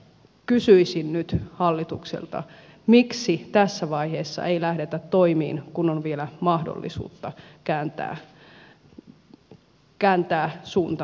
kysyisin nyt hallitukselta miksi tässä vaiheessa ei lähdetä toimiin kun on vielä mahdollisuus kääntää suunta toiseen